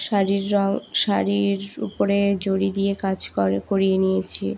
শাড়ির রঙ শাড়ির উপরে জড়ি দিয়ে কাজ করে করিয়ে নিয়েছি